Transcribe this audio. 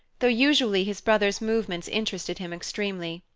though usually his brother's movements interested him extremely.